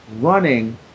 running